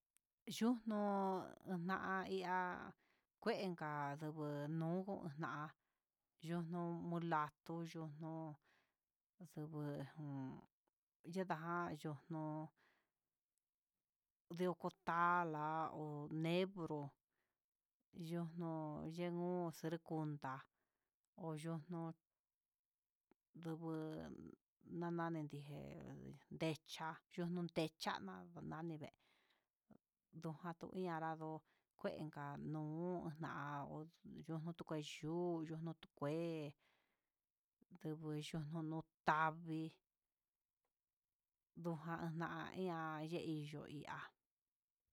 Yudnó naiá kuenka nduju nuu ná'a yunuu mulatu yunuu, ndubu jun yunama yunuu, ndekutala nduj nebro'o yunuu yengun xerkundá, uu yunu yevo'o nani ndeji ne'e ndecha yunu techaná dama ndame'e kutu tuyii naradó, kuenka nuu na'a yunu tuu yuu yunu tukueyu yunu tu kué ndubu yununu tabo'o vi'i ndujanai na yiyo'o iyi'á.